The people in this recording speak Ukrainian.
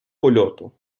польоту